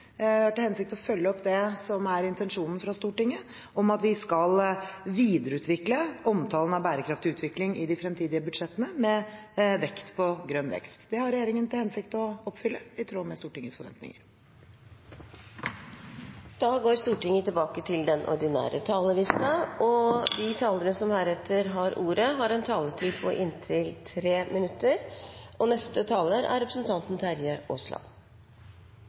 har vi til hensikt å følge opp det anmodningsvedtaket fra Stortinget, vi har til hensikt å følge opp det som er intensjonen fra Stortinget, at vi skal videreutvikle omtalen av bærekraftig utvikling i de fremtidige budsjettene med vekt på grønn vekst. Det har regjeringen til hensikt å oppfylle i tråd med Stortingets forventninger. Replikkordskiftet er omme. De talere som heretter får ordet, har en taletid på inntil 3 minutter.